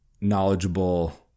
knowledgeable